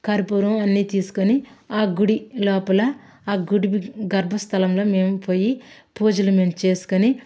కర్పూరం అన్ని తీసుకొని ఆ గుడి లోపల ఆ గుడి గర్భస్థలంలో మేము పోయి పూజలు మేము చేసుకొని